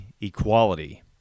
equality